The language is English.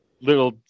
little